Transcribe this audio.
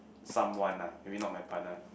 someone lah maybe not my partner